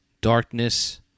darkness